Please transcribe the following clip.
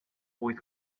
wyth